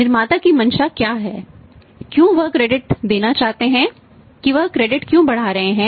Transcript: निर्माता की मंशा क्या है क्यों वह क्रेडिट क्यों बना रहे हैं